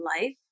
life